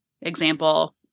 example